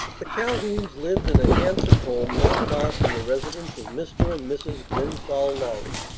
the calhouns lived in a handsome home not far from the residence of mr. and mrs. grenfall lorry.